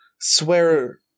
swear